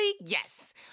yes